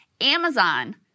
Amazon